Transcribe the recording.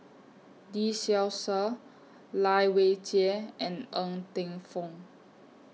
Lee Seow Ser Lai Weijie and Ng Teng Fong